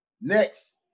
next